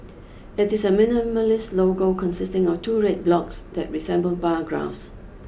it is a minimalist logo consisting of two red blocks that resemble bar graphs